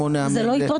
זה לא יתרות.